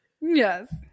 Yes